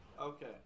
okay